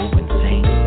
insane